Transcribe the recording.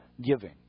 giving